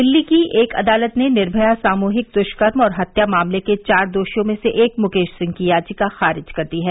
दिल्ली की एक अदालत ने निर्भया सामूहिक दृष्कर्म और हत्या मामले के चार दोषियों में से एक मुकेश सिंह की याचिका खारिज कर दी है